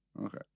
Okay